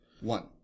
One